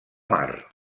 mar